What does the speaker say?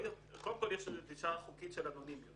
- קודם כל, יש דרישה חוקית של אנונימיות.